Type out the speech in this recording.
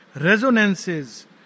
resonances